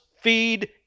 feed